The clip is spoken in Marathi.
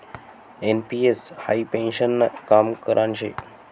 एन.पी.एस हाई पेन्शननं काम करान शे